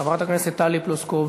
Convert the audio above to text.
חברת הכנסת טלי פלוסקוב,